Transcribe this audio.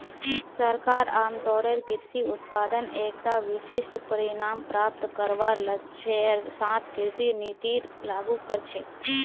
सरकार आमतौरेर कृषि उत्पादत एकता विशिष्ट परिणाम प्राप्त करवार लक्ष्येर साथ कृषि नीतिर लागू कर छेक